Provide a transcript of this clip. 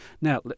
Now